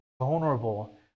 vulnerable